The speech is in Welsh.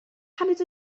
paned